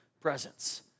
presence